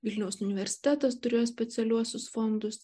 vilniaus universitetas turėjo specialiuosius fondus